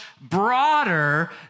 broader